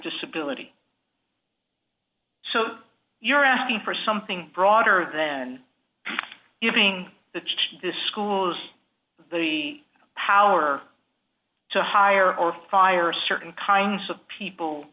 disability so you're asking for something broader than giving the schools the power to hire or fire certain kinds of people